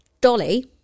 Dolly